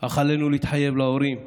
אך עלינו להתחייב להורים ולמשפחות,